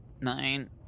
Nine